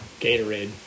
Gatorade